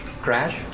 Crash